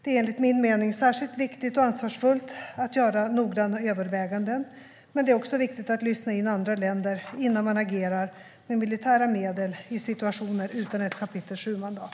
Det är enligt min mening särskilt viktigt och ansvarsfullt att göra noggranna överväganden, men det är också viktigt att lyssna in andra länder innan man agerar med militära medel i situationer utan ett kapitel VII-mandat.